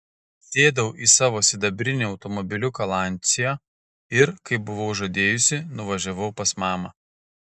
sėdau į savo sidabrinį automobiliuką lancia ir kaip buvau žadėjusi nuvažiavau pas mamą